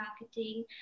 marketing